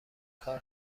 کار